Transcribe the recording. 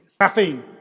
Caffeine